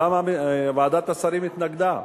למה ועדת השרים התנגדה.